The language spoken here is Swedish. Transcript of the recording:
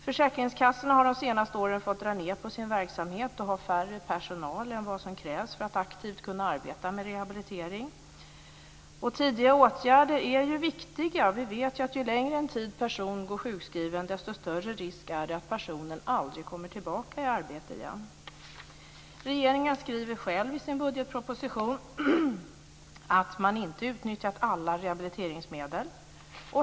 Försäkringskassorna har de senaste åren fått dra ned på sin verksamhet och ha mindre personal än vad som krävs för att aktivt kunna arbeta med rehabilitering. Tidiga åtgärder är viktiga. Vi vet att ju längre tid en person går sjukskriven desto större risk är det att personen aldrig kommer tillbaka i arbete igen. Regeringen skriver själv i sin budgetproposition att man inte utnyttjat alla rehabiliteringsmedel.